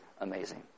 amazing